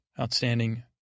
Outstanding